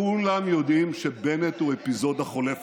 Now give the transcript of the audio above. כולם יודעים שבנט הוא אפיזודה חולפת.